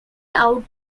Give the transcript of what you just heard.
out